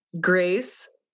Grace